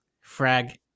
Frag